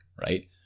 right